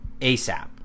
ASAP